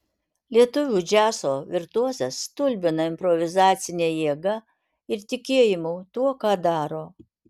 lietuvių džiazo virtuozas stulbina improvizacine jėga ir tikėjimu tuo ką daro